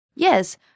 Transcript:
Yes